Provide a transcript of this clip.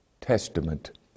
Testament